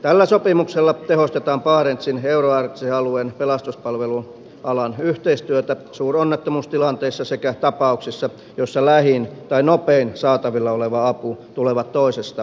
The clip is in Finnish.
tällä sopimuksella tehostetaan barentsin euroarktisen alueen pelastuspalvelualan yhteistyötä suuronnettomuustilanteissa sekä tapauksissa joissa lähin tai nopein saatavilla oleva apu tulevat toisesta sopimusvaltiosta